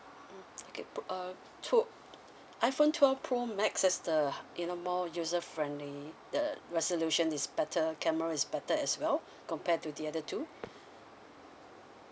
mm okay uh so iphone twelve pro max has the you know more user friendly the resolution is better camera is better as well compared to the other two